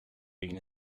been